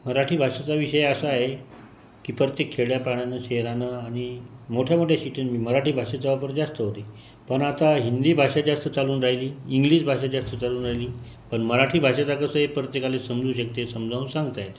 मराठी भाषेचा विषय असा आहे की प्रत्येक खेड्यापाड्यानं शहरानं आणि मोठ्या मोठ्या सिटीनी मराठी भाषेचा वापर जास्त होते पण आता हिंदी भाषा जास्त चालून राहिली इंग्लिश भाषा जास्त चालून राहिली पण मराठी भाषेचं कसं आहे प्रत्येकाले समजू शकते समजावून सांगता येते